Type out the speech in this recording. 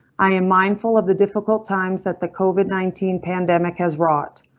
i am mindful of the difficult times at the covid nineteen pandemic has wrought.